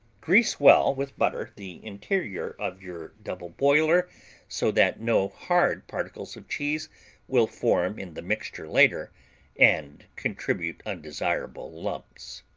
grease well with butter the interior of your double boiler so that no hard particles of cheese will form in the mixture later and contribute undesirable lumps.